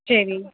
சரி